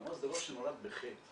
שזה דבר שנולד בחטא.